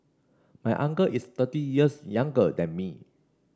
my uncle is thirty years younger than me